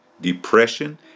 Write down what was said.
depression